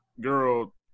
girl